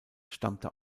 stammte